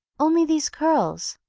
only these curls,